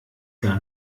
gar